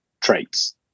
traits